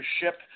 ship